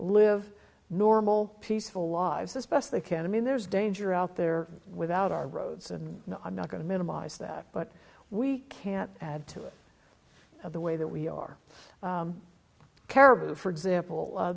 live normal peaceful lives as best they can i mean there's danger out there without our roads and i'm not going to minimize that but we can't add to it the way that we are caribou for example